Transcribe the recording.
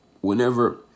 whenever